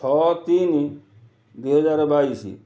ଛଅ ତିନି ଦୁଇ ହଜାର ବାଇଶ